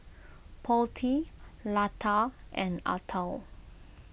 Potti Lata and Atal